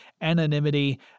anonymity